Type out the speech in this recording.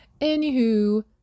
anywho